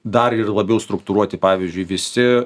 dar labiau struktūruoti pavyzdžiui visi